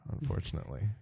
unfortunately